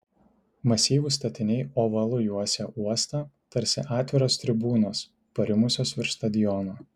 masyvūs statiniai ovalu juosė uostą tarsi atviros tribūnos parimusios virš stadiono